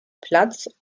platz